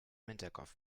hinterkopf